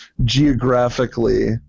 geographically